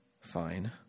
Fine